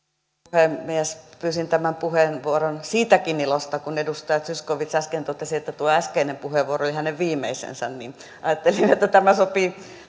puhemies pyysin tämän puheenvuoron siitäkin ilosta että kun edustaja zyskowicz äsken totesi että tuo äskeinen puheenvuoro oli hänen viimeisensä niin ajattelin että tämä sopii